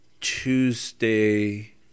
Tuesday